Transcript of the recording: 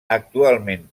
actualment